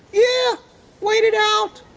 yeah wait it out.